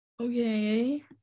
Okay